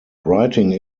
writing